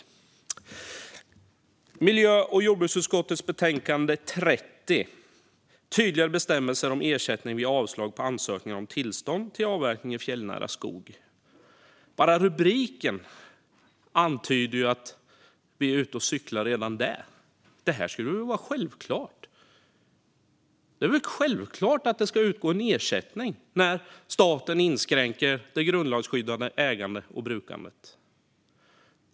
När det gäller miljö och jordbruksutskottets betänkande 30 Tydligare bestämmelser om ersättning vid avslag på ansökningar om tillstånd till avverkning i fjällnära skog antyder bara rubriken att vi är ute och cyklar. Det är väl självklart att det ska utgå ersättning när staten inskränker det grundlagsskyddade ägandet och brukandet.